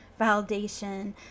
validation